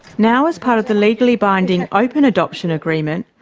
now, as part of the legally binding open adoption agreement,